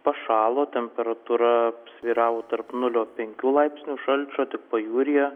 pašalo temperatūra svyravo tarp nulio penkių laipsnių šalčio tik pajūryje